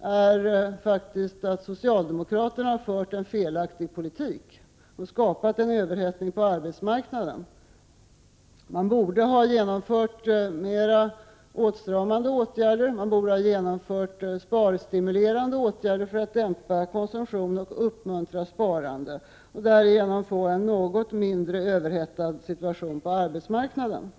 är faktiskt att socialdemokraterna har fört en felaktig politik och skapat en överhettning på arbetsmarknaden. Man borde ha genomfört mera åtstramande åtgärder och sparstimulerande åtgärder för att dämpa konsumtion och uppmuntra sparande och därigenom få en något mindre överhettad situation på arbetsmarknaden.